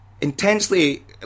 intensely